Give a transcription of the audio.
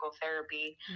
therapy